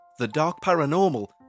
thedarkparanormal